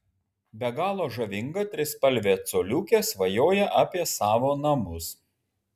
be galo žavinga trispalvė coliukė svajoja apie savo namus